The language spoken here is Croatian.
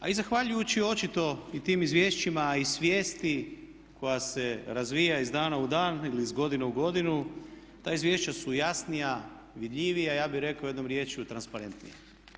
A i zahvaljujući očito i tim izvješćima i svijesti koja se razvija iz dana u dan ili iz godine u godinu ta izvješća su jasnija, vidljivija, ja bih rekao jednom riječju transparentnija.